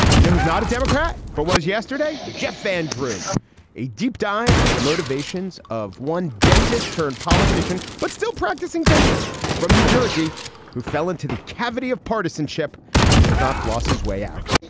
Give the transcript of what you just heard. you know who's not a democrat, but was yesterday. jeff van drew a deep dive into the motivations of one dentist turned politician, but still practicing dentist from new jersey who fell into the cavity of partisanship and could not floss his way out.